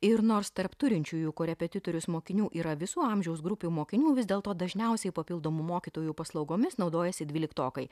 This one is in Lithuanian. ir nors tarp turinčiųjų korepetitorius mokinių yra visų amžiaus grupių mokinių vis dėlto dažniausiai papildomų mokytojų paslaugomis naudojasi dvyliktokai